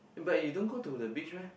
but you don't go to the beach meh